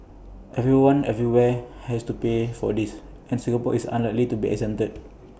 everyone everywhere has to pay for this and Singapore is unlikely to be exempted